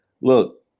Look